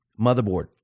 Motherboard